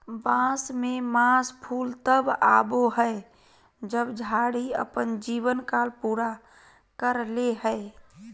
बांस में मास फूल तब आबो हइ जब झाड़ी अपन जीवन काल पूरा कर ले हइ